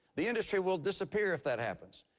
the industry will disappear if that happens.